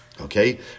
Okay